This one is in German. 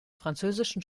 französischen